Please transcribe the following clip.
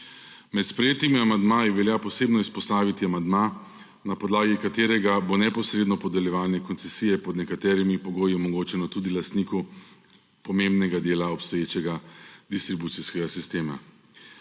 Med sprejetimi amandmaji velja posebno izpostaviti amandma, na podlagi katerega bo neposredno podeljevanje koncesije pod nekaterimi pogoji omogočeno tudi lastniku pomembnega dela obstoječega distribucijskega sistema.